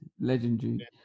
legendary